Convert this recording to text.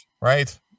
right